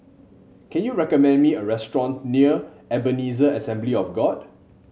can you recommend me a restaurant near Ebenezer Assembly of God